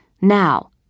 Now